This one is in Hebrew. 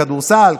בכדורסל,